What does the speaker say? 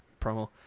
promo